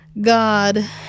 god